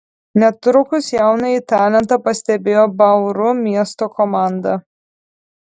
netrukus jaunąjį talentą pastebėjo bauru miesto komanda